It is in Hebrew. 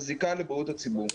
מזיקה לבריאות הציבור.